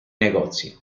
negozi